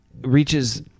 reaches